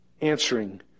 answering